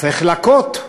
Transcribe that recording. צריך להכות.